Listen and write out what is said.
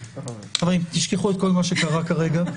חברים, תשכחו כל מה שקרה כרגע.